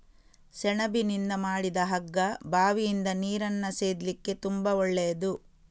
ಸೆಣಬಿನಿಂದ ಮಾಡಿದ ಹಗ್ಗ ಬಾವಿಯಿಂದ ನೀರನ್ನ ಸೇದ್ಲಿಕ್ಕೆ ತುಂಬಾ ಒಳ್ಳೆಯದು